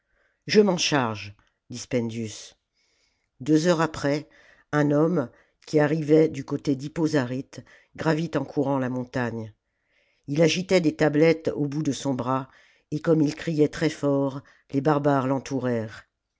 je m'en charge dit spendius deux heures après un homme qui arrivait du côté dhippo zarjte gravit en courant la montagne ii agitait des tablettes au bout de son bras et comme il criait très fort les barbares